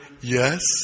yes